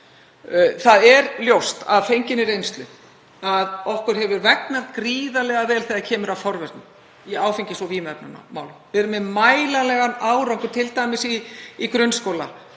Það er ljóst að fenginni reynslu að okkur hefur vegnað gríðarlega vel þegar kemur að forvörnum í áfengis- og vímuefnamálum. Við erum með mælanlegan árangur, t.d. í grunnskóla,